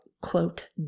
quote